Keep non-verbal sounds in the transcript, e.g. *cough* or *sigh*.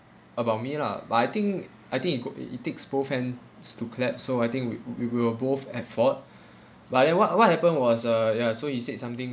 about me lah but I think I think it go it it takes both hands to clap so I think we we we were both at fault *breath* but then what what happened was uh ya so he said something